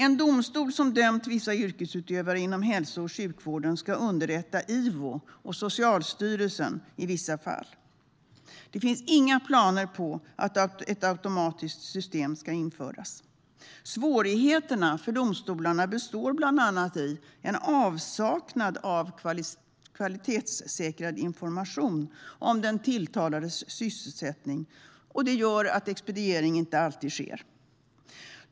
En domstol som dömt vissa yrkesutövare inom hälso och sjukvården ska underrätta Ivo och Socialstyrelsen i vissa fall. Det finns inga planer på att ett automatiskt system ska införas. Svårigheterna för domstolarna består bland annat i en avsaknad av kvalitetssäkrad information om den tilltalades sysselsättning. Det gör att expediering inte alltid sker.